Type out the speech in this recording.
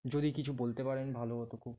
যদি কিছু বলতে পারেন ভালো হতো খুব